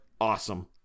awesome